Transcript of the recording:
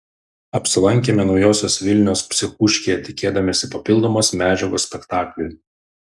apsilankėme naujosios vilnios psichuškėje tikėdamiesi papildomos medžiagos spektakliui